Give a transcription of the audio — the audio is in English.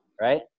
Right